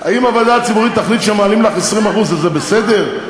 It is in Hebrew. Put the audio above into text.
אם הוועדה הציבורית תחליט שמעלים לך ב-20% אז זה בסדר?